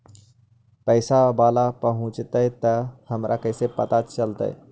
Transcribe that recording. पैसा बाला पहूंचतै तौ हमरा कैसे पता चलतै?